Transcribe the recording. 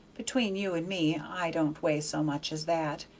between you and me i don't weigh so much as that,